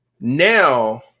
Now